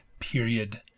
period